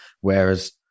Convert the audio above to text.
Whereas